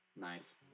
Nice